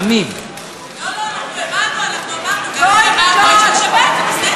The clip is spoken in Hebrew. אמר, אנחנו הולכים להוציא את הנשק.